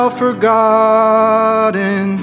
forgotten